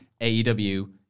AEW